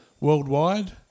worldwide